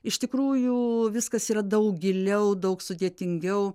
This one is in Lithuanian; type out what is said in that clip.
iš tikrųjų viskas yra daug giliau daug sudėtingiau